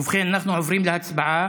ובכן, אנחנו עוברים להצבעה.